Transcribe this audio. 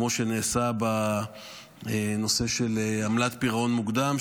כמו שנעשה בנושא של עמלת פירעון מוקדם,